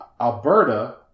Alberta